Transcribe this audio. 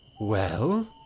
Well